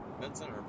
Vincent